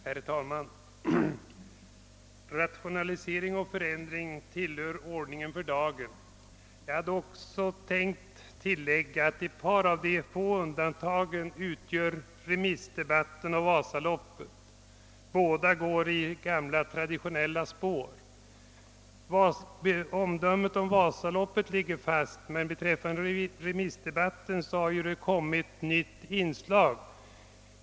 Herr talman! Rationalisering och förändring tillhör ordningen för dagen. Ett par av de få undantagen utgör remissdebatten och Vasaloppet. Båda går i gamla traditionella spår. Omdömet om Vasaloppet ligger fast, men beträffande remissdebatten har det kommit till ett nytt inslag.